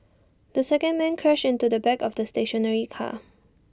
the second man crashed into the back of the stationary car